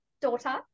daughter